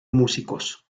músicos